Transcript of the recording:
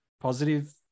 positive